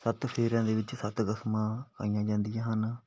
ਸੱਤ ਫੇਰਿਆਂ ਦੇ ਵਿੱਚ ਸੱਤ ਕਸਮਾਂ ਖਾਈਆਂ ਜਾਂਦੀਆਂ ਹਨ